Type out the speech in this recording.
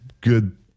good